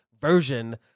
version